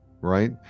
right